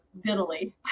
diddly